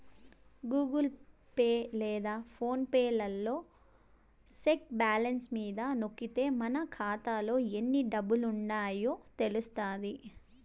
Google Pay లేదా PhonePe లలో check balance మీద నొక్కితే మన కాతాలో ఎన్ని డబ్బులుండాయో తెలస్తాది